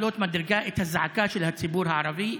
מדרגה בזעקה של הציבור הערבי.